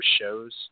shows